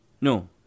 No